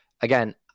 again